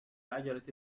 عجلة